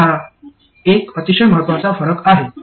तर हा एक अतिशय महत्त्वाचा फरक आहे